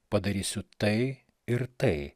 padarysiu tai ir tai